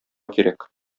кирәк